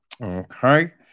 Okay